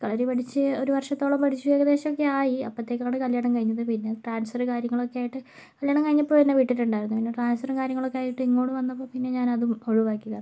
കളരി പഠിച്ച് ഒരു വർഷത്തോളം പഠിച്ച് ഏകദേശമൊക്കെയായി അപ്പോഴത്തേക്കാണ് കല്യാണം കഴിഞ്ഞത് പിന്നെ ട്രാൻസ്ഫർ കാര്യങ്ങളൊക്കെ ആയിട്ട് കല്യാണം കഴിഞ്ഞപ്പോൾ തന്നെ വിട്ടിട്ടുണ്ടായിരുന്നു പിന്നെ ട്രാൻസ്ഫർ കാര്യങ്ങളൊക്കെയായിട്ട് ഇങ്ങോട്ട് വന്നപ്പോൾ പിന്നെ ഞാനതും ഒഴിവാക്കിയതാണ്